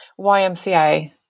YMCA